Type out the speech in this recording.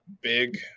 big